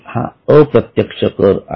हा अप्रत्यक्ष कर आहे